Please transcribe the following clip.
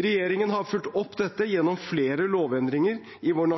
Regjeringen har fulgt opp dette gjennom flere lovendringer i vår